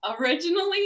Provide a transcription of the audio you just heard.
originally